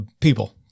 people